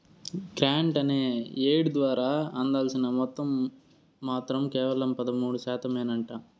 grant on aid ద్వారా అందాల్సిన మొత్తం మాత్రం కేవలం పదమూడు శాతమేనంట